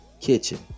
kitchen